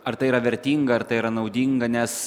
ar tai yra vertinga ar tai yra naudinga nes